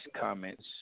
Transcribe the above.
comments